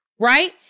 Right